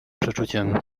przeczuciem